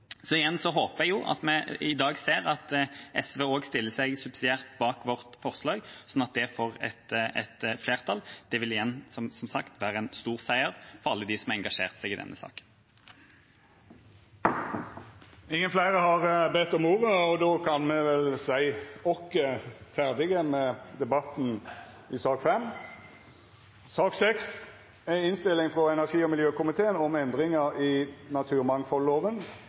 Igjen: Jeg håper at vi i dag ser at SV også stiller seg subsidiært bak vårt forslag, slik at det får flertall. Det vil igjen, som sagt, være en stor seier for alle dem som har engasjert seg i denne saken. Fleire har ikkje bedt om ordet til sak nr. 5. Etter ønske frå energi- og miljøkomiteen vil presidenten føreslå at taletida vert avgrensa til 3 minutt til kvar partigruppe og